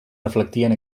reflectien